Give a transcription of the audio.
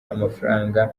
amafaranga